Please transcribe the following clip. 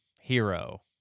hero